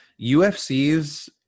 UFC's